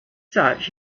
such